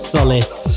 Solace